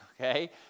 okay